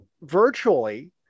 virtually